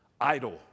idle